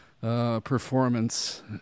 performance